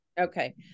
Okay